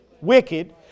Wicked